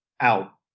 out